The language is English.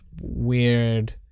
weird